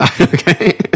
Okay